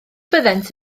byddent